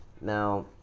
Now